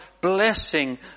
blessing